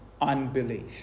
unbelief